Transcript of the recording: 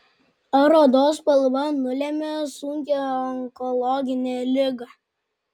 ar odos spalva nulemia sunkią onkologinę ligą